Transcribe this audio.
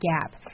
gap